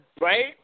Right